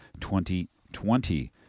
2020